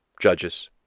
judges